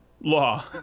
law